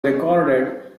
recorded